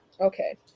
Okay